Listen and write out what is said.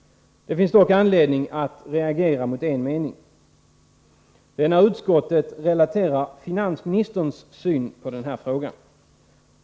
Det finns dock anledning att reagera mot en mening. Det är när utskottet relaterar finansministerns syn på den här frågan.